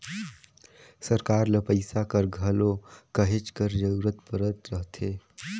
सरकार ल पइसा कर घलो कहेच कर जरूरत परत रहथे